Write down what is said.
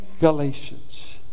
Galatians